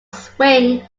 swing